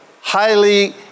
highly